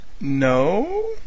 No